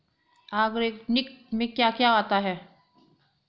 Organic में क्या क्या आता है?